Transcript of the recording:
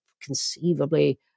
conceivably